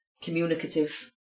communicative